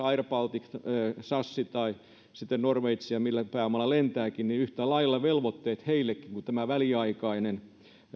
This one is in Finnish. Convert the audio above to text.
air baltic sas tai norwegian millä pääomalla lentääkin yhtä lailla velvoitteet kun tämä väliaikainen